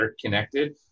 connected